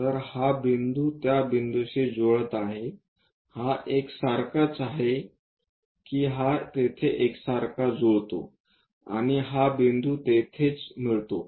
तर हा बिंदू त्या बिंदूशी जुळत आहे हा एक सारखाच आहे की हा तेथे एकसारखा जुळतो आणि हा बिंदू तिथेच मिळतो